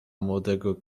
młodego